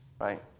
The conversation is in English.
right